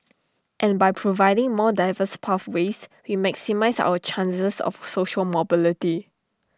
and by providing more diverse pathways we maximise our chances of social mobility